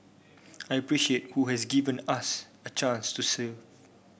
I appreciate who have given us a chance to serve